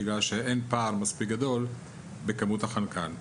בגלל שאין פער מספיק גדול בכמות החנקן.